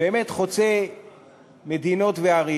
באמת חוצה מדינות וערים.